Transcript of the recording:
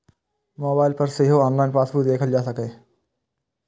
mobile पर सेहो online passbook देखल जा सकैए